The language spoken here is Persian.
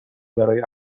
برای